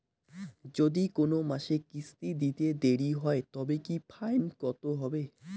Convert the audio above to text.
যদি কোন মাসে কিস্তি দিতে দেরি হয় তবে কি ফাইন কতহবে?